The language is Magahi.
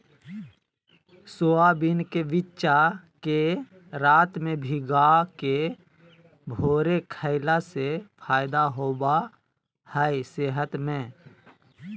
सोयाबीन के बिच्चा के रात में भिगाके भोरे खईला से फायदा होबा हइ सेहत में